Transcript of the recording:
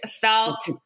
felt